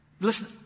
Listen